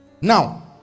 Now